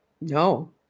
No